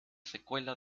secuela